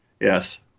Yes